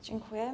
Dziękuję.